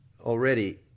already